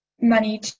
money